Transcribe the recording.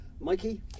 Mikey